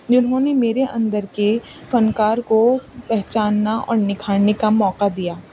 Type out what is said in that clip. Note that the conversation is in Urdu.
جنہوں نے میرے اندر کے فنکار کو پہچاننا اور نکھارنے کا موقع دیا